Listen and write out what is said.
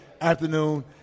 afternoon